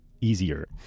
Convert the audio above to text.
Easier